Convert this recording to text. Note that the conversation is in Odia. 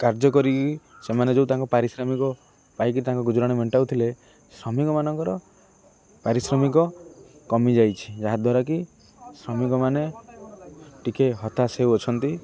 କାର୍ଯ୍ୟ କରିକି ସେମାନେ ଯେଉଁ ତାଙ୍କ ପାରିଶ୍ରମିକ ପାଇକି ତାଙ୍କ ଗୁଜୁରାଣ ମେଣ୍ଟାଉଥିଲେ ଶ୍ରମିକ ମାନଙ୍କର ପାରିଶ୍ରମିକ କମିଯାଇଛି ଯାହାଦ୍ୱାରାକି ଶ୍ରମିକମାନେ ଟିକେ ହତାଶ ହେଉଅଛନ୍ତି